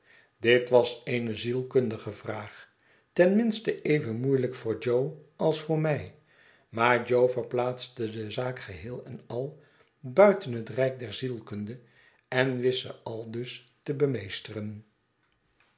dit was eene zielkundige vraag ten minste even moeielijk voor jo als voor mij maar jo verplaatste de zaak geheel en al buiten het rijk der zielkunde en wist ze aldus te